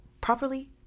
properly